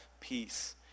peace